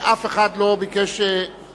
ואף אחד לא ביקש להתנגד,